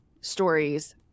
stories